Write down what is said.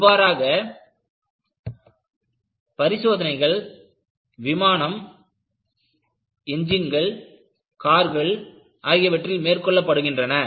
இவ்வாறான பரிசோதனைகள் விமானங்கள் என்ஜின்கள் கார்கள் ஆகியவற்றில் மேற்கொள்ளப்படுகின்றன